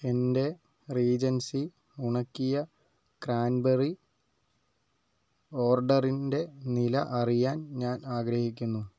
എന്റെ റീജൻസി ഉണക്കിയ ക്രാൻബെറി ഓർഡറിന്റെ നില അറിയാൻ ഞാൻ ആഗ്രഹിക്കുന്നു